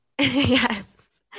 Yes